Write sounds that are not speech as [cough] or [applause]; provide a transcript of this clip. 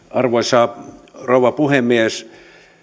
[unintelligible] arvoisa rouva puhemies